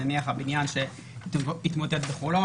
נניח הבניין שהתמוטט בחולון,